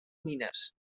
mines